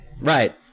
Right